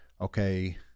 Okay